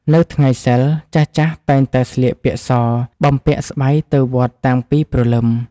នៅថ្ងៃសីល ចាស់ៗតែងតែស្លៀកពាក់ស បំពាក់ស្បៃទៅវត្តតាំងពីព្រលឹម។